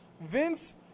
Vince